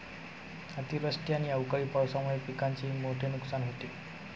अतिवृष्टी आणि अवकाळी पावसामुळे पिकांचेही मोठे नुकसान होते